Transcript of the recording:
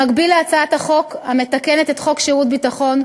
במקביל להצעת החוק המתקנת את חוק שירות ביטחון